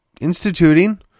instituting